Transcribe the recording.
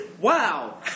wow